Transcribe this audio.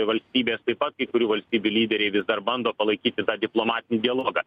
valstybės taip pat kai kurių valstybių lyderiai vis dar bando palaikyti tą diplomatinį dialogą